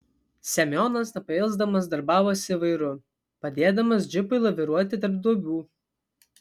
semionas nepailsdamas darbavosi vairu padėdamas džipui laviruoti tarp duobių